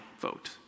vote